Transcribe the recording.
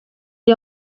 est